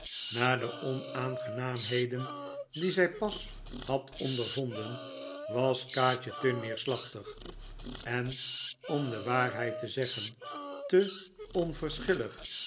na de onaangenaamheden die zij pas had ondervonden was kaatje te neerslachtig en om de waarheid te zeggen te